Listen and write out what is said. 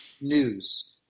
news